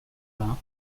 vingt